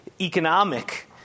economic